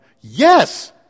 Yes